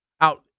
out